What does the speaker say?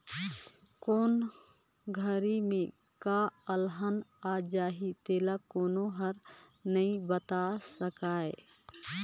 कोन घरी में का अलहन आ जाही तेला कोनो हर नइ बता सकय